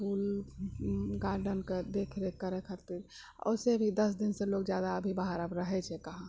फूल गार्डेनके देख रेख करै खातिर वैसे भी दस दिनसे लोग जादे अभी बाहर आब रहै छै कहाँ